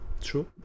True